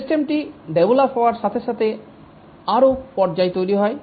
সিস্টেমটি ডেভলপ হওয়ার সাথে সাথে আরও পর্যায় তৈরি হয়